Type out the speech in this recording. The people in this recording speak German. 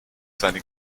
seine